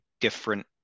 different